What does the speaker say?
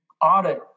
audit